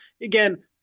again